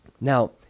Now